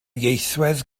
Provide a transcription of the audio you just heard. ieithwedd